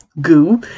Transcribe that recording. goo